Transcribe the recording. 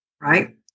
right